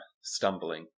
stumbling